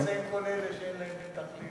איפה נמצאים כל אלה שאין להם תחליף?